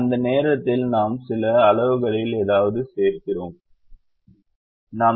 அந்த நேரத்தில் நாம் சில அளவுகளில் ஏதாவது சேர்க்கிறோம் என்று சொன்னோம்